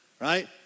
right